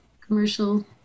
commercial